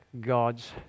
God's